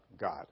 God